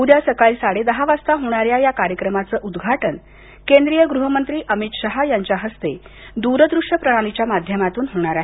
उद्या सकाळी साडेदहा वाजता होणाऱ्या या कार्यक्रमाचं उद्घाटन केंद्रीय गृहमंत्री अमित शहा यांच्या हस्ते दूरदृश्य प्रणालीच्या माध्यमातून होणार आहे